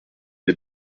des